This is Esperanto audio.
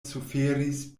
suferis